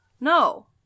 No